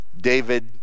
David